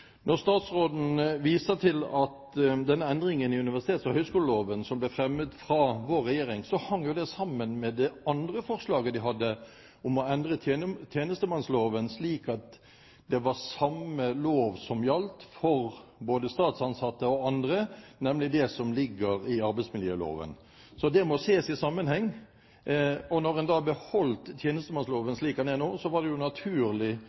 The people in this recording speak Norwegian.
endringen i universitets- og høyskoleloven som ble fremmet av vår regjering, hang den sammen med det andre forslaget vi hadde, om å endre tjenestemannsloven, slik at det var samme lov som gjaldt både for statsansatte og for andre, nemlig arbeidsmiljøloven. Så det må ses i sammenheng. Da man beholdt tjenestemannsloven slik den er nå, var det naturlig å fjerne det tillegget. Det var en naturlig